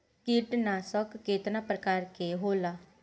कीटनाशक केतना प्रकार के होला?